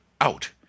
out